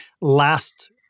last